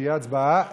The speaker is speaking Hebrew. שתהיה הצבעה,